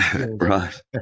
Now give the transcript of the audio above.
Right